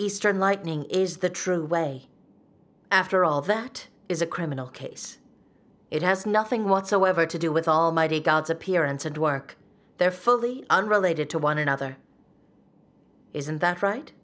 eastern lightning is the true way after all that is a criminal case it has nothing whatsoever to do with almighty god's appearance and work there fully unrelated to one another isn't that right